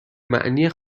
معنی